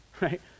right